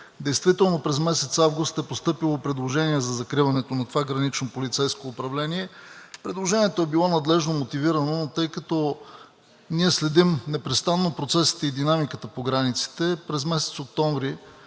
действително през месец август е постъпило предложение за закриването на това гранично полицейско управление. Предложението е било надлежно мотивирано, но тъй като ние следим непрестанно процесите и динамиката по границите, през месец октомври